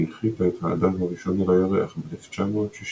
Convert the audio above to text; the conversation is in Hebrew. שהנחיתה את האדם הראשון על הירח ב־1969.